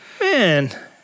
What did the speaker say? Man